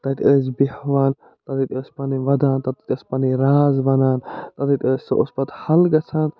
تَتہِ ٲسۍ بہوان تَتھۍ ٲسۍ پَنٕںۍ ودان تَتٕتھۍ ٲسۍ پَنٕنۍ راز وَنان تَتھۍ ٲسۍ سُہ اوس پتہٕ حل گژھان